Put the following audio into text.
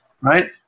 right